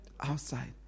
outside